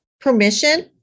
permission